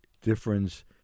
difference